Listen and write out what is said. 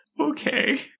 Okay